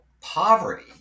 poverty